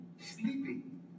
sleeping